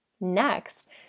Next